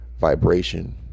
vibration